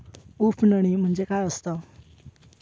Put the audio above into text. उफणणी म्हणजे काय असतां?